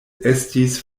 estis